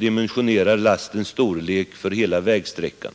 dimensionerar lastens storlek för hela vägsträckan.